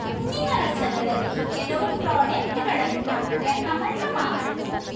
ಹಣ್ಣಿನ ರಸಗಳಲ್ಲಿ ಕೆಲವು ಪ್ರೋಡೆಕ್ಟ್ಗಳನ್ನು ರೆಕಮಂಡ್ ಮಾಡು